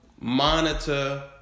monitor